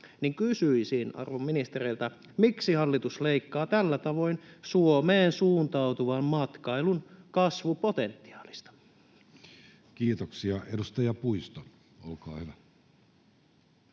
Kysyisin arvon ministereiltä: miksi hallitus leikkaa tällä tavoin Suomeen suuntautuvan matkailun kasvupotentiaalista? Kiitoksia. — Edustaja Puisto, olkaa hyvä.